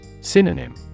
synonym